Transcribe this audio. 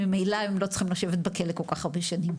ממלא הם לא צריכים לשבת בכלא כל כך הרבה שנים,